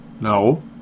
No